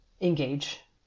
engage